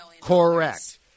Correct